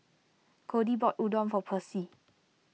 Codie bought Udon for Percy